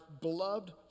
beloved